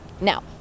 now